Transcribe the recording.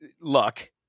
luck